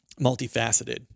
multifaceted